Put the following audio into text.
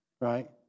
right